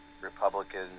Republican